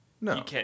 No